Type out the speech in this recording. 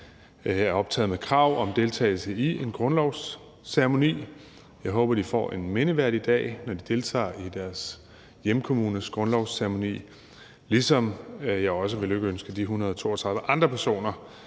er optaget med krav om deltagelse i en grundlovsceremoni. Jeg håber, de får en mindeværdig dag, når de deltager i deres hjemkommunes grundlovsceremoni. Og jeg vil også lykønske de 132 andre personer